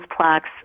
plaques